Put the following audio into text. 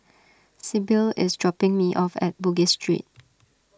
Sibyl is dropping me off at Bugis Street